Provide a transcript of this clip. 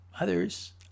Others